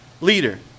Leader